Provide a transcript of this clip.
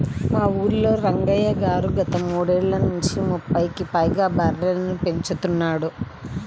మా ఊల్లో రంగయ్య గారు గత మూడేళ్ళ నుంచి ముప్పైకి పైగా బర్రెలని పెంచుతున్నాడు